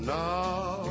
now